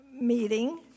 meeting